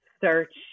search